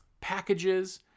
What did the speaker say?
packages